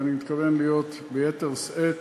ואני מתכוון להיות ביתר שאת,